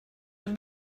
have